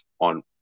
on